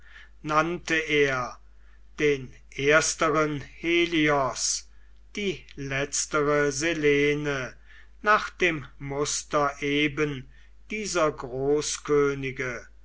nannte er den ersteren helios die letztere selene nach dem muster eben dieser